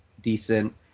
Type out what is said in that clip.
decent